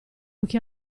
occhi